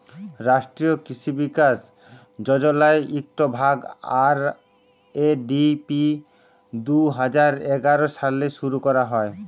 রাষ্ট্রীয় কিসি বিকাশ যজলার ইকট ভাগ, আর.এ.ডি.পি দু হাজার এগার সালে শুরু ক্যরা হ্যয়